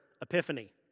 Epiphany